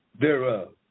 thereof